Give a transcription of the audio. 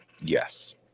Yes